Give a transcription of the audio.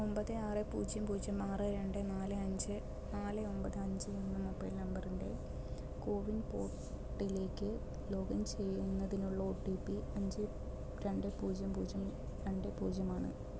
ഒമ്പത് ആറ് പൂജ്യം പൂജ്യം ആറ് രണ്ട് നാല് അഞ്ച് നാല് ഒമ്പത് അഞ്ച് എന്ന മൊബൈൽ നമ്പറിൻ്റെ കോ വിൻ പോർട്ടിലേക്ക് ലോഗിൻ ചെയ്യുന്നതിനുള്ള ഒ ടി പി അഞ്ച് രണ്ട് പൂജ്യം പൂജ്യം രണ്ട് പൂജ്യം ആണ്